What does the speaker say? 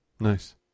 nice